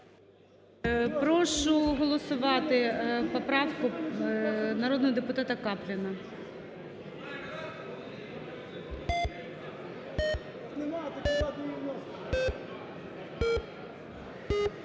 Прошу голосувати поправку народного депутата Капліна.